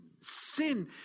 Sin